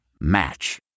Match